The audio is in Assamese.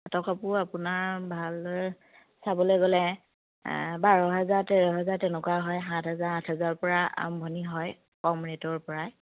পাটৰ কাপোৰ আপোনাৰ ভালদৰে চাবলৈ গ'লে বাৰ হোজাৰ তেৰ হোজাৰ তেনেকুৱা হয় সাত হাজাৰ আঠ হাজাৰৰপৰা আৰম্ভণি হয় কম ৰেটৰপৰাই